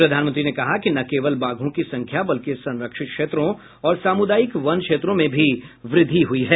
प्रधानमंत्री ने कहा कि न केवल बाघों की संख्या बल्कि संरक्षित क्षेत्रों और सामुदायिक वनक्षेत्रों में भी वृद्धि हुई है